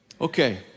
Okay